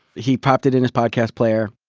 he popped it in his podcast player.